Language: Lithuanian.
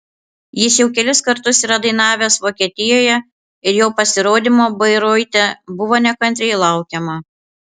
jis jau kelis kartus yra dainavęs vokietijoje ir jo pasirodymo bairoite buvo nekantriai laukiama